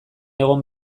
egon